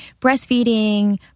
breastfeeding